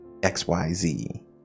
xyz